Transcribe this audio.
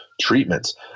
treatments